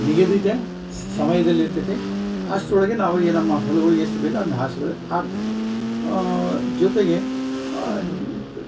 ನಿಗದಿತ ಸಮಯದಲ್ಲಿ ಇರ್ತತೆ ಅಷ್ಟರೊಳಗೆ ನಾವು ಏ ನಮ್ಮ ಹೊಲಗಳಿಗೆ ಎಷ್ಟು ಬೇಕು ಅದ್ನ ಹಾರ್ಸಿಕೊಳ್ಳಲಿಕ್ಕೆ ಆಗ್ತತಿ ಜೊತೆಗೆ ನಿಕ್